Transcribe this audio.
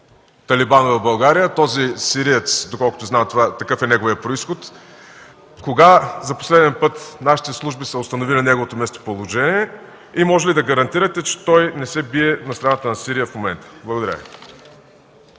талибан в България, този сириец, доколкото знам, такъв е неговият произход? Кога за последен път нашите служби са установили неговото местоположение и може ли да гарантирате, че той не се бие на страната на Сирия в момента? Благодаря